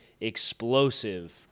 explosive